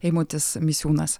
eimutis misiūnas